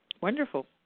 Wonderful